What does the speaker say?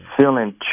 feeling